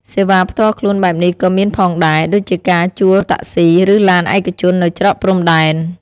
សេវាផ្ទាល់ខ្លួនបែបនេះក៏មានផងដែរ ដូចជាការជួលតាក់ស៊ី ឬឡានឯកជននៅច្រកព្រំដែន។